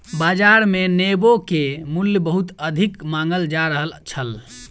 बाजार मे नेबो के मूल्य बहुत अधिक मांगल जा रहल छल